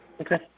Okay